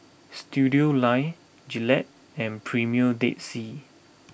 Studioline Gillette and Premier Dead Sea